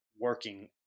working